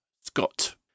Scott